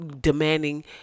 demanding